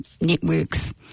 networks